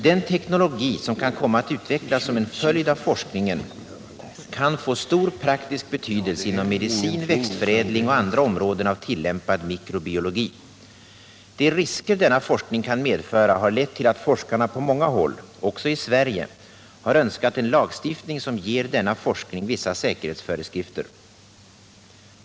Den teknologi som kan komma att utvecklas som en följd av forskningen kan få stor praktisk betydelse inom medicin, växtförädling och andra områden av tillämpad mikrobiologi. De risker denna forskning kan medföra har lett till att forskarna på många håll, också i Sverige, har önskat en lagstiftning som ger denna forskning vissa säkerhetsföreskrifter.